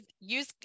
use